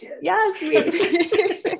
Yes